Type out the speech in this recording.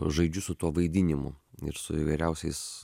žaidžiu su tuo vaidinimu ir su įvairiausiais